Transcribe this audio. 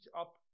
up